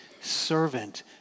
servant